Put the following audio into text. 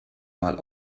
mal